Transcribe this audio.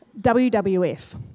WWF